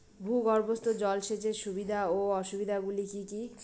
ভূগর্ভস্থ জল সেচের সুবিধা ও অসুবিধা গুলি কি কি?